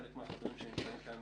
חלק מהחברים שנמצאים כאן